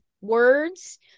words